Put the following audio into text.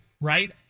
right